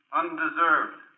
undeserved